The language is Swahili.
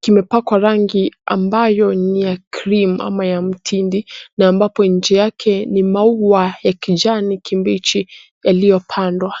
kimepakwa rangi ambayo ni ya krimu ama ya mtindi na ambapo nje yake ni maua ya kijani kibichi yaliyopandwa.